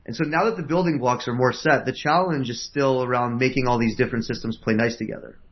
and so now that the building blocks are more set, the challenge is still around making all these different systems play nice together.